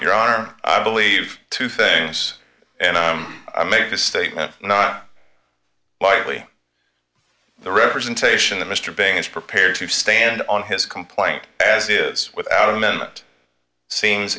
your honor i believe two things and make a statement not likely the representation that mr being is prepared to stand on his complaint as it is without amendment seems